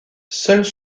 seules